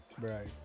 Right